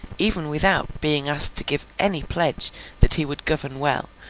even without being asked to give any pledge that he would govern well,